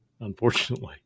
unfortunately